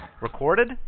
Recorded